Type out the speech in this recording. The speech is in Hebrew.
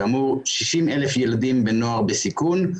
כאמור 60,000 ילדים בנוער בסיכון,